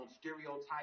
stereotypes